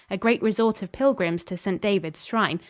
a great resort of pilgrims to st. david's shrine,